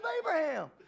Abraham